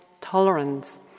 tolerance